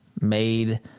Made